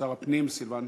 שר הפנים סילבן